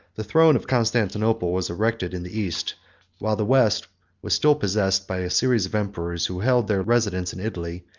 the throne of constantinople was erected in the east while the west was still possessed by a series of emperors who held their residence in italy,